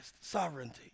sovereignty